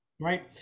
right